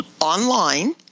online